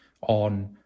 on